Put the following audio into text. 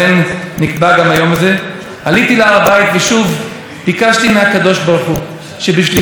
כאן בבית הזה אעשה הכול "למען אחי ורעי אדברה נא שלום בך",